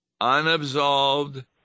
unabsolved